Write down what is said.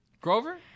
Grover